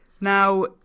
Now